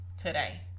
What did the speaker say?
today